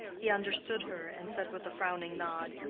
he understood her, and said with a frowning nod,